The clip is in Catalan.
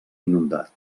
inundat